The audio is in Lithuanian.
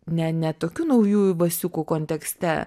ne ne tokių naujųjų vasiukų kontekste